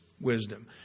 wisdom